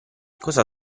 cosa